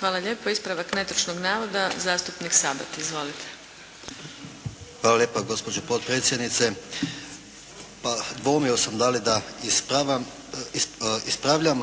Hvala lijepa. Ispravak netočnog navoda zastupnik Sabati. Izvolite. **Sabati, Zvonimir (HSS)** Hvala lijepa gospođo potpredsjednice. Pa dvoumio sam da li da ispravljam, ispravljam